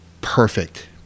perfect